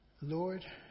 Lord